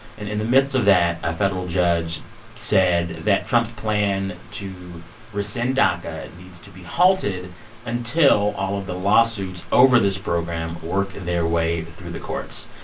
and in the midst of that, a federal judge said that trump's plan to rescind daca needs to be halted until all of the lawsuits over this program work their way through the courts.